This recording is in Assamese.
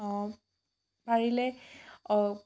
পাৰিলে